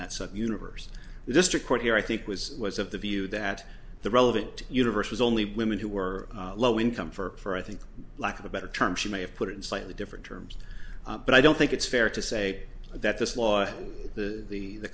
that such universe the district court here i think was was of the view that the relevant universe was only women who were low income for i think lack of a better term she may have put it in slightly different terms but i don't think it's fair to say that this law the the the